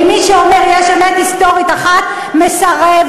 כי מי שאומר "יש אמת היסטורית אחת" מסרב